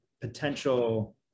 potential